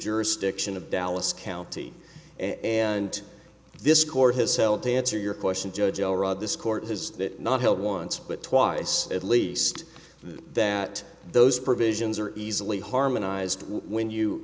jurisdiction of dallas county and this court has held to answer your question judge this court has not helped once but twice at least that those provisions are easily harmonized when you